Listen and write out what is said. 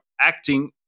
acting